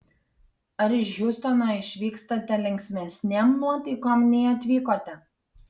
ar iš hjustono išvykstate linksmesnėm nuotaikom nei atvykote